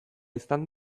izan